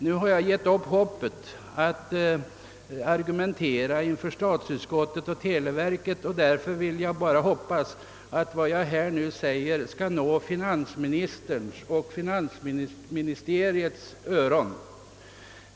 Nu har jag givit upp hoppet att kunna övertyga statsutskottet och televerket och önskar bara att mina ord skall nå finansministerns och finansdepartementets öron.